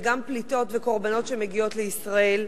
וגם פליטות וקורבנות שמגיעות לישראל.